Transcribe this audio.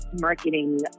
marketing